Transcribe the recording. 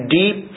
deep